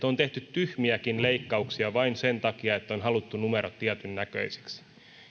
on tehty tyhmiäkin leikkauksia vain sen takia että on haluttu numerot tietyn näköisiksi